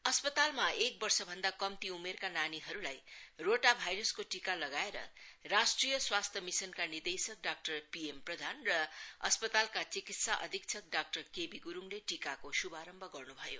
अस्पतालमा एक वर्षभन्दा कम्ती उमेरका नानीहरूलाई रोटा भाइरसको टीका लगाएर राष्ट्रिय स्वास्थ्य मिशनका निर्देशक डाक्टर पीएम प्रधान र अस्पतालका चिकित्सा अधीक्षक डाक्टर केबी ग्रूडले यस टीकाको श्भारम्भ गर्न् भयो